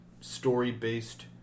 story-based